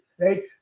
Right